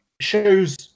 shows